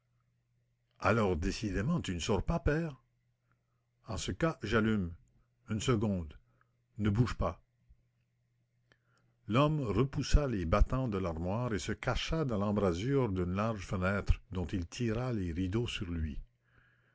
alors tu ne sors pas père en ce cas j'allume une seconde s holmès voit des choses qui l'intéressent l'homme repoussa les battants de l'armoire et se cacha dans l'embrasure d'une large fenêtre dont il tira les rideaux sur lui